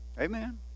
Amen